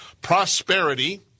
Prosperity